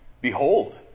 Behold